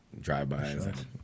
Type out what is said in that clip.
drive-bys